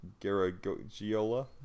Garagiola